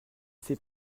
sais